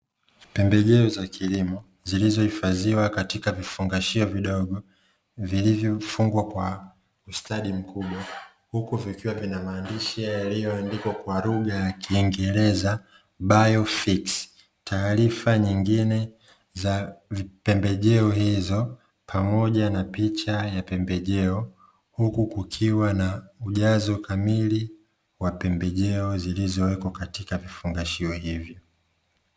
Pembejeo za kilimo zilizohifadhiwa katika vifungashio vidogo vilivyofungwa kwa ustadi mkubwa huku vikiwa vina maandishi yaliyoandikwa kwa lugha ya kiingereza, bayofit taarifa nyingine za pembejeo hizo pamoja na picha ya pembejeo, huku kukiwa na ujazo kamili wa pembejeo zilizowekwa katika vifungashio hivyo.